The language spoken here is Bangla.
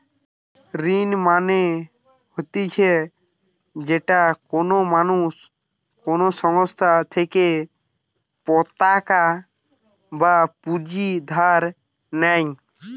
ঋণ মানে হতিছে যেটা কোনো মানুষ কোনো সংস্থার থেকে পতাকা বা পুঁজি ধার নেই